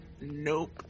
Nope